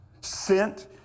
sent